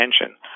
attention